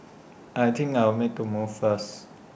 I think I'll make A move first